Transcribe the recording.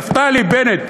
נפתלי בנט,